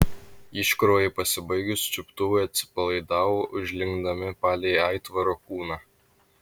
iškrovai pasibaigus čiuptuvai atsipalaidavo užlinkdami palei aitvaro kūną